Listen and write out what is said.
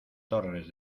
torres